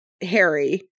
harry